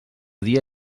dia